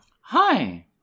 Hi